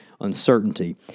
uncertainty